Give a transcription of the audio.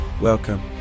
Welcome